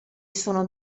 sono